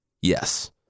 Yes